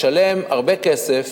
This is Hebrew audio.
לשלם הרבה כסף